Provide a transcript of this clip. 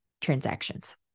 transactions